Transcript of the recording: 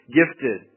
gifted